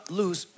lose